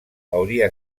hauria